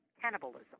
cannibalism